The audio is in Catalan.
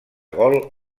gol